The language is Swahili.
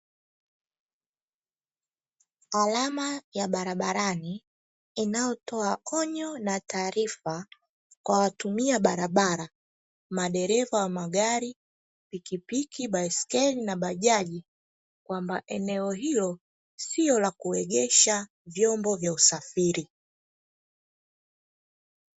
Alama ya barabarani inayotoa onyo na taarifa kwa watumia barabara madereva wa magari, pikipiki, baiskeli na bajaji, kwamba eneo hilo sio la kuegesha vyombo vya usafiri.